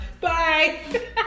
Bye